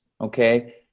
okay